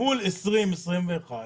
מול 20'-21',